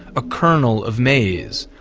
a kernel of maize,